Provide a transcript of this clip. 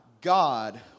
God